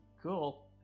cool